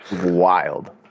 Wild